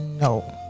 no